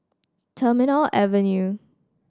Terminal Avenue